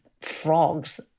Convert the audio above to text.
frogs